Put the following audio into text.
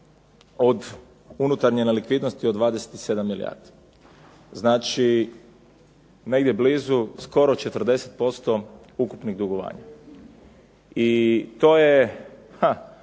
od unutarnje nelikvidnosti od 27 milijardi. Znači negdje blizu skoro 40% ukupnih dugovanja. I to je